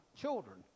children